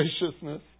graciousness